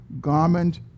garment